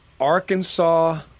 Arkansas